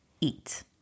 eat